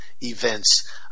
events